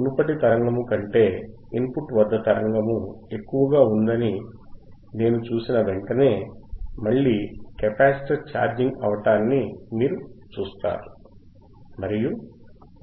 మునుపటి తరంగము కంటే ఇన్పుట్ వద్ద తరంగము ఎక్కువగా ఉందని నేను చూసిన వెంటనే మళ్ళీ కెపాసిటర్ ఛార్జింగ్ అవటాన్నిమీరు చూస్తారు మరియు